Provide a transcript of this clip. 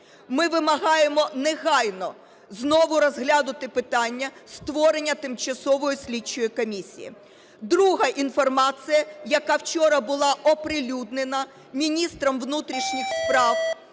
Ми вимагаємо негайно знову розглянути питання створення тимчасової слідчої комісії. Друга інформація, яка вчора була оприлюднена міністром внутрішніх справ